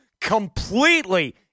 completely